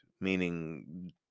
meaning